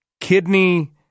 kidney